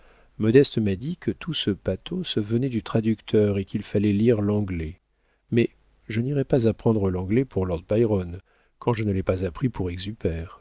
modeste m'a dit que tout ce pathos venait du traducteur et qu'il fallait lire l'anglais mais je n'irai pas apprendre l'anglais pour lord byron quand je ne l'ai pas appris pour exupère